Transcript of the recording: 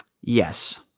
Yes